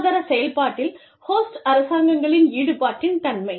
பொருளாதார செயல்பாட்டில் ஹோஸ்ட் அரசாங்கங்களின் ஈடுபாட்டின் தன்மை